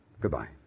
Goodbye